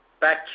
back